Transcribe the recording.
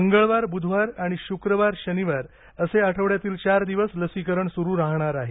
मंगळवार बूधवार आणि शुक्रवार शनिवार असे आठवड्यातील चार दिवस लसीकरण सुरू राहणार आहे